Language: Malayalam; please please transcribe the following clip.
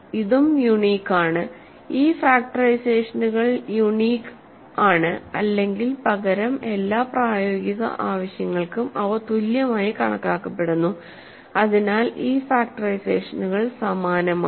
ഇതും യുണീക് ആണ് ഈ ഫാക്റ്ററൈസേഷനുകൾ യുണീക് ആണ് അല്ലെങ്കിൽ പകരം എല്ലാ പ്രായോഗിക ആവശ്യങ്ങൾക്കും അവ തുല്യമായി കണക്കാക്കപ്പെടുന്നു അതിനാൽ ഈ ഫാക്ടറൈസേഷനുകൾ സമാനമാണ്